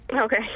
Okay